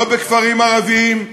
לא בכפרים ערביים,